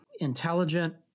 intelligent